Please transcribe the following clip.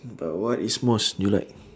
but what is most you like